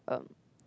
um